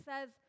says